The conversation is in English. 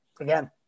again